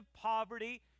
poverty